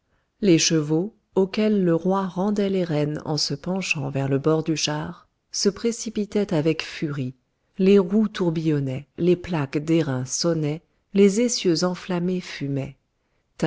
les chevaux auxquels le roi rendait les rênes en se pendant vers le bord du char se précipitaient avec furie les roues tourbillonnaient les plaques d'airain sonnaient les essieux enflammés fumaient